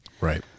right